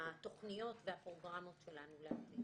התוכניות והפרוגרמות שלנו לעתיד.